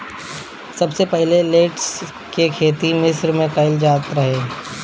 सबसे पहिले लेट्स के खेती मिश्र में कईल जात रहे